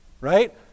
Right